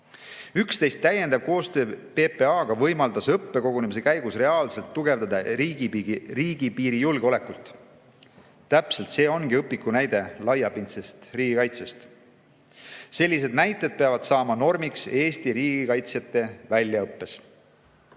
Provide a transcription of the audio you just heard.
Üksteist täiendav koostöö PPA‑ga võimaldas õppekogunemise käigus reaalselt tugevdada riigipiiri julgeolekut. Täpselt see ongi õpikunäide laiapindse riigikaitse kohta. Sellised näited peavad saama normiks Eesti riigikaitsjate väljaõppes.